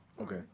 Okay